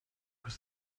was